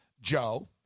Joe